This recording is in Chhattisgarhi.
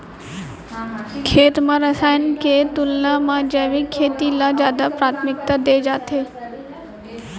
खेत मा रसायन के तुलना मा जैविक खेती ला जादा प्राथमिकता दे जाथे